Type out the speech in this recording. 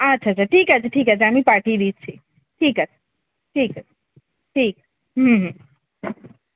আচ্ছা আচ্ছা ঠিক আছে ঠিক আছে আমি পাঠিয়ে দিচ্ছি ঠিক আছে ঠিক আছে ঠিক হুম হুম